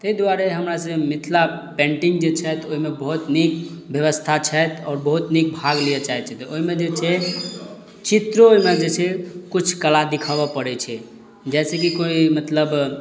ताहि दुआरे हमरा सबके मिथिला पेन्टिंग जे छथि ओहिमे बहुत नीक व्यवस्था छथि आओर बहुत नीक भाग लिअ चाहै छै तऽ ओहिमे जे छै चित्रो ओहिमे जे छै किछु कला दिखाबऽ पड़ै छै जैसे की कोइ मतलब